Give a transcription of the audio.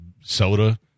soda